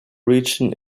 region